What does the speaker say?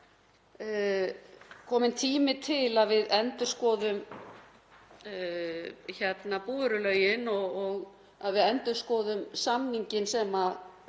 kominn tími til að við endurskoðum búvörulögin og að við endurskoðum samninginn sem er